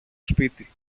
σπίτι